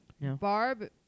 Barb